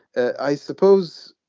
i suppose